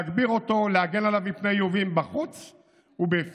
להגביר אותו ולהגן עליו מפני איומים בחוץ ובפנים,